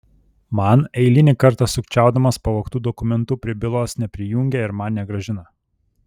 man eilinį kartą sukčiaudamas pavogtų dokumentų prie bylos neprijungė ir man negrąžino